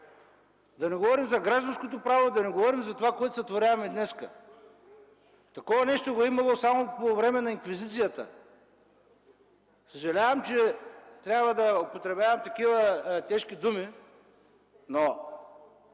Да не говорим за гражданското право, да не говорим за това, което сътворяваме днес! Такова нещо го е имало само по време на Инквизицията! Съжалявам, че трябва да употребявам такива тежки думи, но